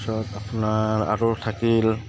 পিছত আপোনাৰ আৰু থাকিল